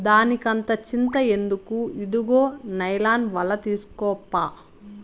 దానికంత చింత ఎందుకు, ఇదుగో నైలాన్ ఒల తీస్కోప్పా